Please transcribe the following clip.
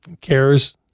cares